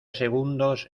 segundos